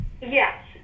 yes